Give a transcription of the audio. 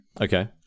Okay